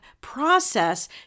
process